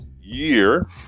year